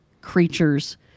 creatures